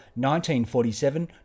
1947